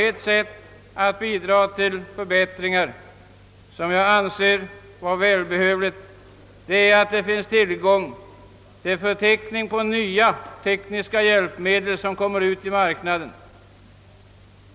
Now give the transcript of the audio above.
En välbehövlig förbättring vore att låta uppgöra en förteckning över de nya tekniska hjälpmedel som kommer ut i marknaden.